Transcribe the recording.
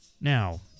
Now